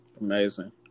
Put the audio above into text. Amazing